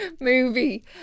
Movie